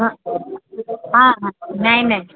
ହଁ ହଁ ନାଇଁ ନାଇଁ